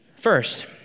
First